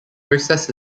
process